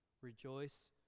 Rejoice